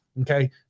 okay